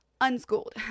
Unschooled